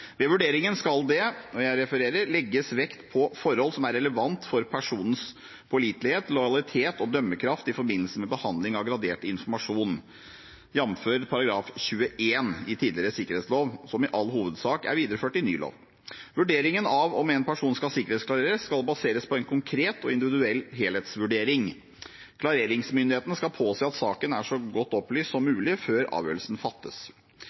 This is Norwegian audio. Ved vurderingen skal det «legges vekt på forhold som er relevante for personens pålitelighet, lojalitet og dømmekraft i forbindelse med behandling av gradert informasjon», jf. § 21 i tidligere sikkerhetslov, som i all hovedsak er videreført i ny lov. Vurderingen av om en person skal sikkerhetsklareres, skal baseres på en konkret og individuell helhetsvurdering. Klareringsmyndigheten skal påse at saken er så godt opplyst som mulig før avgjørelsen fattes.